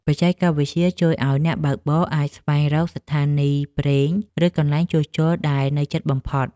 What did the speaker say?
បច្ចេកវិទ្យាជួយឱ្យអ្នកបើកបរអាចស្វែងរកស្ថានីយ៍ប្រេង ឬកន្លែងជួសជុលដែលនៅជិតបំផុត។